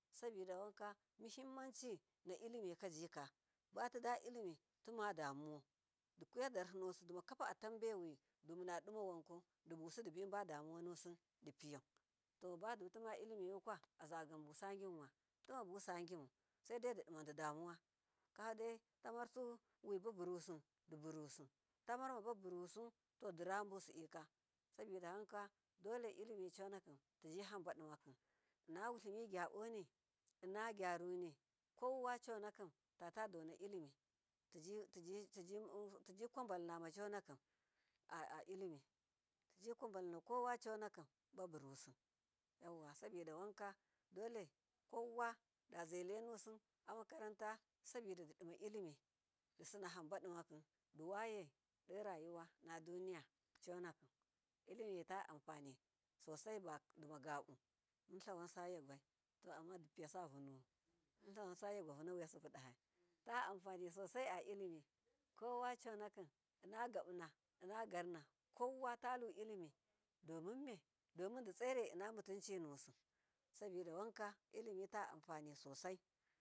Sabida wanka mahimmanci na llimikajika bafida llimitima damuwau diyadarhinusi dimakwa paatanbewi, dumunad mawankau ditnusi dibibada muwanusi dipiyau tobadutima llimikwa azugabasaginmu saidai dimadidamuwa kwafadatamur suwibuburusi diburusi tamarma baburu su to dira busidika, sabida wanka dohe llimi tijikwahalnama conakim a llimi tiji kwabainakowaconakim baburusu yauwa sabida wanka dole kowadazai lenusi amakaratu sibida dima llimi disani hambadimaki diwayedorayuwa naduniya conakim llimi ta anfani sosai dimagabu, mutlawansa yagwai ammadipiya vunuwun muntlawansa yagwavuna wiyasibuda dahai ta anfani susai allimi kowa conakin inna gabuna inna garna kowata lullimi domin me domin ditsire, innamutunci nusu sabodawanka llimi ta anfani sosai.